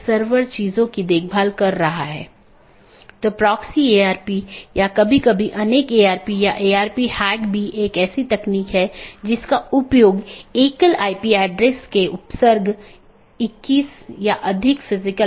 मुख्य रूप से दो BGP साथियों के बीच एक TCP सत्र स्थापित होने के बाद प्रत्येक राउटर पड़ोसी को एक open मेसेज भेजता है जोकि BGP कनेक्शन खोलता है और पुष्टि करता है जैसा कि हमने पहले उल्लेख किया था कि यह कनेक्शन स्थापित करता है